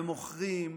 ומוכרים,